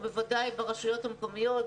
ובוודאי ברשויות המקומיות,